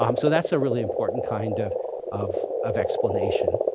um so that's a really important kind of of of explanation.